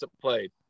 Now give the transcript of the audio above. played